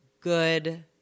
good